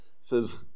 says